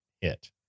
hit